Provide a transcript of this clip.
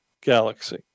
galaxy